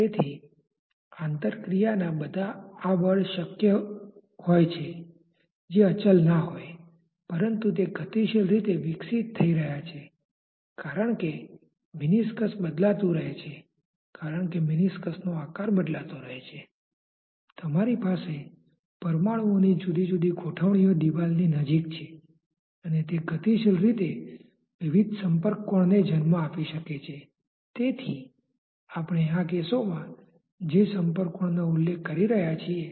તેથી અહીં 'u' નો ગુણાકાર તે સંખ્યા જે 'u' કરતાં મોટી છે તેની સાથ કરવામા આવે છે તેથી આ પદ બીજા પદ કરતા ઓછું હોવું જોઈએ